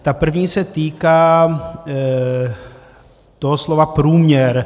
Ta první se týká toho slova průměr.